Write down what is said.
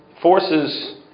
forces